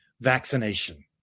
vaccination